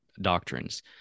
doctrines